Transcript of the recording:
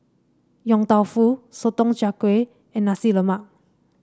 Yong Tau Foo Sotong Char Kway and Nasi Lemak